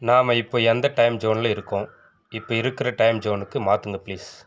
நாம் இப்போது எந்த டைம் ஜோனில் இருக்கோம் இப்போது இருக்கிற டைம் ஜோனுக்கு மாத்துங்க பிளீஸ்